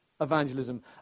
evangelism